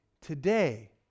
today